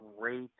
great